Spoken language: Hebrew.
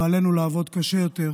ועלינו לעבוד קשה יותר